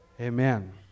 Amen